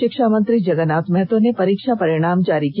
शिक्षा मंत्री जगन्नाथ महतो ने परीक्षा परिणाम जारी किया